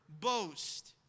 boast